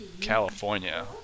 California